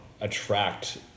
attract